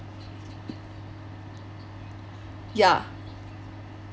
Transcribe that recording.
ya